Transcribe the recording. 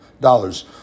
dollars